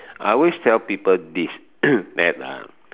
I always tell people this that